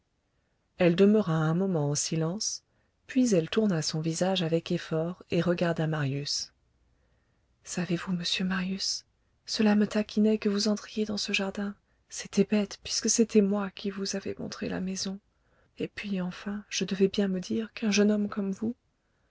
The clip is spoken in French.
elle demeura un moment en silence puis elle tourna son visage avec effort et regarda marius savez-vous monsieur marius cela me taquinait que vous entriez dans ce jardin c'était bête puisque c'était moi qui vous avais montré la maison et puis enfin je devais bien me dire qu'un jeune homme comme vous